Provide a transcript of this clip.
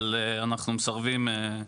אבל אנחנו מסרבים,